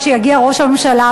עד שיגיע ראש הממשלה.